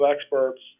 experts